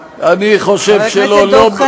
אמרו אותו דבר.